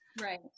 Right